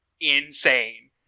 insane